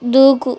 దూకు